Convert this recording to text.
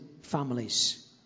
families